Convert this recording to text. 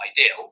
ideal